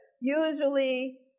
usually